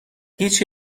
هیچ